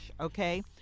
okay